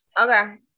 Okay